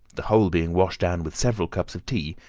the whole being washed down with several cups of tea,